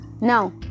Now